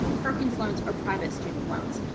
perkins loans, or private student loans.